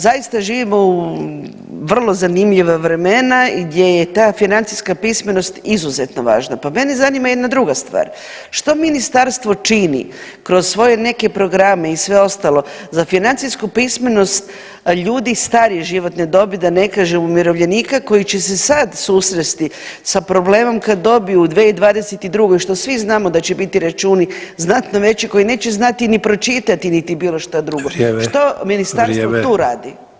Zaista živimo u vrlo zanimljiva vremena gdje je ta financijska pismenost izuzetno važna, pa mene zanima jedna druga stvar što ministarstvo čini kroz svoje neke programe i sve ostalo za financijsku pismenost ljudi starije životne dobi da ne kažem umirovljenika koji će se sad susresti sa problemom kad dobiju u 2022., što svi znamo da će biti računi znatno veći koji neće znati ni pročitati niti bilo šta drugo [[Upadica Sanader: Vrijeme.]] što ministarstvo [[Upadica Sanader: Vrijeme.]] tu radi?